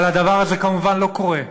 אבל הדבר הזה כמובן לא קורה.